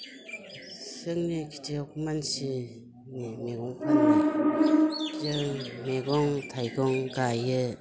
जोंनि खिथियक मानसिनि मैगं फाननाय जों मैगं थाइगं गायो